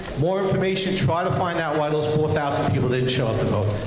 more information, try to find out why those four thousand people didn't show up to vote.